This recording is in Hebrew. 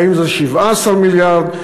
האם זה 17 מיליארד?